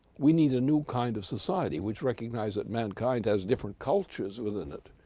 we need a new kind of society, which recognizes that mankind has different cultures within it,